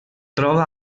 troba